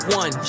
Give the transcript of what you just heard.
one